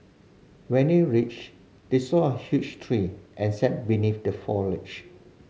when they reached they saw a huge tree and sat beneath the foliage